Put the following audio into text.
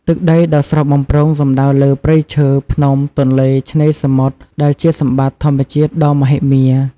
ទឹកដីដ៏ស្រស់បំព្រងសំដៅលើ ព្រៃឈើ ភ្នំ ទន្លេ ឆ្នេរសមុទ្រ ដែលជាសម្បត្តិធម្មជាតិដ៏មហិមា។